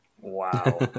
Wow